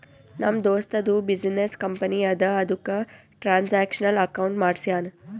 ನಮ್ ದೋಸ್ತದು business company ಅದಾ ಅದುಕ್ಕ ಟ್ರಾನ್ಸ್ಅಕ್ಷನಲ್ ಅಕೌಂಟ್ ಮಾಡ್ಸ್ಯಾನ್